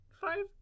five